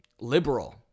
liberal